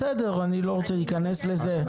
בסדר, אני לא רוצה להיכנס לזה.